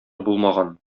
булмаган